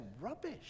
rubbish